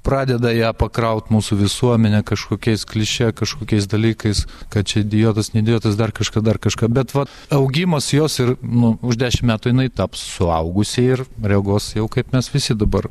pradeda ją pakraut mūsų visuomenė kažkokiais kliše kažkokiais dalykais kad čia idiotas ne idiotas dar kažką dar kažką bet va augimas jos ir nu už dešim metų jinai taps suaugusia ir reaguos jau kaip mes visi dabar